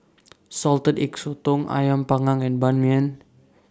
Salted Egg Sotong Ayam Panggang and Ban Mian